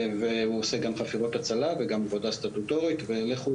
והוא עושה גם חפירות הצלה וגם עבודה סטטוטורית ולכו